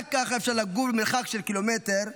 רק ככה אפשר לגור במרחק של קילומטר מהגבול.